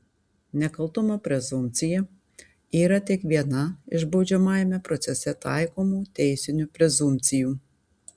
nekaltumo prezumpcija yra tik viena iš baudžiamajame procese taikomų teisinių prezumpcijų